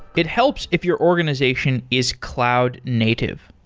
it helps if your organization is cloud native.